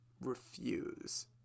refuse